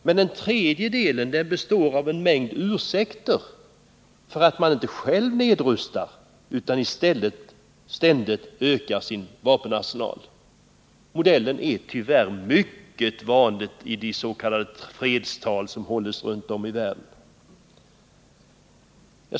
Men den tredje delen består av en mängd ursäkter för att man själv inte nedrustar utan i stället ökar sin vapenarsenal. Modellen är tyvärr mycket vanlig i de s.k. fredstal som hålls runt om i världen.